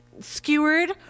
skewered